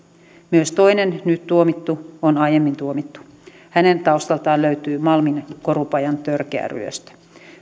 myös toinen nyt tuomittu on aiemmin tuomittu hänen taustaltaan löytyy malmin korupajan törkeä ryöstö